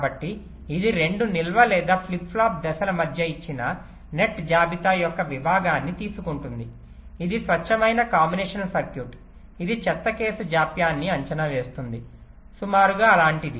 కాబట్టి ఇది 2 నిల్వ లేదా ఫ్లిప్ ఫ్లాప్ దశల మధ్య ఇచ్చిన నెట్ జాబితా యొక్క విభాగాన్ని తీసుకుంటుంది ఇది స్వచ్ఛమైన కాంబినేషన్ సర్క్యూట్ ఇది చెత్త కేసు జాప్యాన్ని అంచనా వేస్తుంది సుమారుగా అలాంటిది